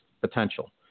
potential